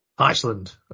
Iceland